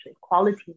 quality